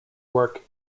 work